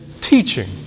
teaching